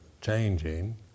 changing